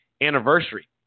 anniversary